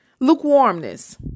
lukewarmness